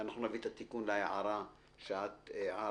נביא את התיקון בעקבות ההערה של שלי